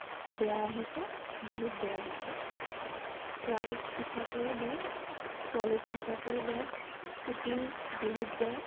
বেয়া আহিছে বহুত বেয়া আহিছে প্ৰাইচ হিচাপেও বেয়া কুৱালিটি হিচাপেও বেয়া ফিটিং বহুত বেয়া